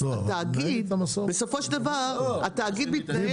התאגיד בסופו של דבר התאגיד מתנהל